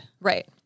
Right